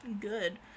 Good